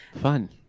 Fun